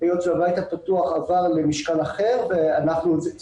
היות והבית הפתוח עבר למשכן אחר וצריך